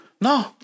No